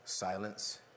Silence